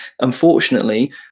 unfortunately